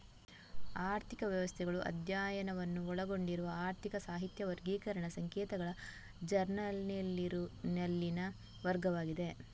ಆರ್ಥಿಕ ವ್ಯವಸ್ಥೆಗಳು ಅಧ್ಯಯನವನ್ನು ಒಳಗೊಂಡಿರುವ ಆರ್ಥಿಕ ಸಾಹಿತ್ಯ ವರ್ಗೀಕರಣ ಸಂಕೇತಗಳ ಜರ್ನಲಿನಲ್ಲಿನ ವರ್ಗವಾಗಿದೆ